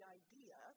idea